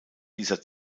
dieser